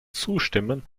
zustimmen